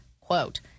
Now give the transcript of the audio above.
quote